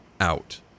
out